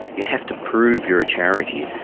you have to prove you're a charity.